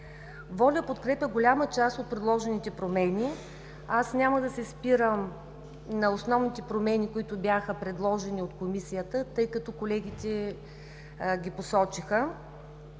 „Воля“ подкрепя голяма част от предложените промени. Аз няма да се спирам на основните промени, които бяха предложени от Комисията, тъй като колегите ги посочиха,